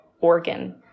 organ